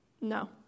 no